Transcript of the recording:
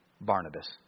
Barnabas